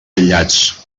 aïllats